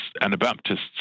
Anabaptists